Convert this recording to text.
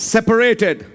Separated